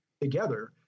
together